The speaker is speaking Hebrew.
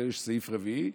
צריך סעיף רביעי,